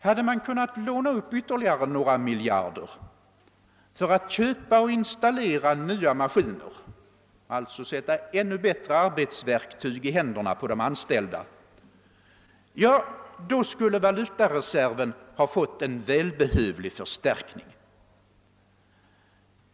Hade man kunnat låna upp ytterligare några miljarder för att köpa och installera nya maskiner — alltså för att sätta ännu bättre arbetsverktyg i händerna på de anställda — ja, då skulle valutareserven ha fått en välbehövlig förstärkning.